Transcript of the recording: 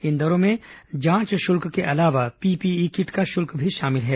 इन दरों में जांच शुल्क के अलावा पीपीई किट का शुल्क भी शामिल है